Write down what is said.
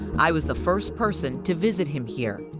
i was the first person to visit him here.